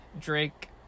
Drake